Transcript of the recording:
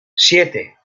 siete